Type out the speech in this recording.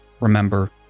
remember